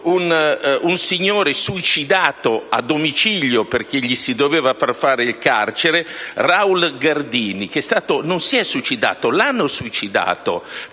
un signore suicidato a domicilio, perché gli si doveva far fare il carcere: Raul Gardini. Non si è suicidato, l'hanno suicidato,